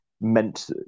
meant